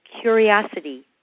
curiosity